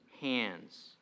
hands